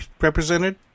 represented